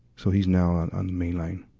so he's now on, on the mainline.